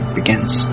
begins